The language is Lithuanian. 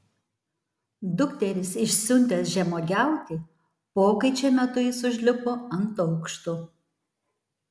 dukteris išsiuntęs žemuogiauti pokaičio metu jis užlipo ant aukšto